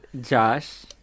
Josh